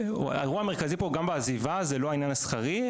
האירוע המרכזי פה גם בעזיבה זה לא העניין השכרי,